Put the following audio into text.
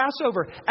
Passover